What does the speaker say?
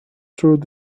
through